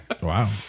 Wow